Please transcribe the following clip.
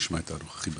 נשמע את הנוכחים בדיון.